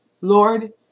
Lord